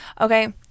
Okay